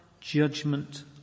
judgment